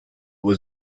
was